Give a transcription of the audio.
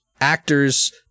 actors